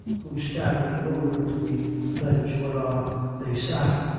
who staggered over to the ledge whereon they sat,